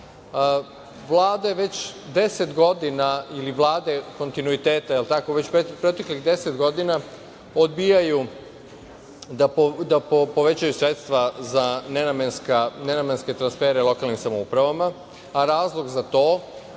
je već 10 godina ili vlade kontinuiteta već proteklih 10 godina odbijaju da povećaju sredstva za nenamenske transfere lokalnim samoupravama, a razlog za to